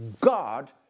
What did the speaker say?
God